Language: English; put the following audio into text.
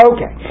Okay